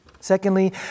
Secondly